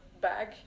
bag